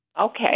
Okay